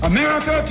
America